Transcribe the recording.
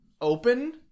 open